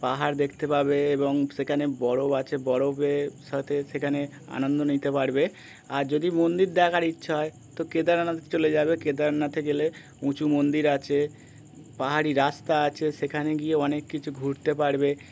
পাহাড় দেখতে পাবে এবং সেখানে বরফ আছে বরফের সাথে সেখানে আনন্দ নিতে পারবে আর যদি মন্দির দেখার ইচ্ছা হয় তো কেদারনাথ চলে যাবে কেদারনাথে গেলে উঁচু মন্দির আছে পাহাড়ি রাস্তা আছে সেখানে গিয়ে অনেক কিছু ঘুরতে পারবে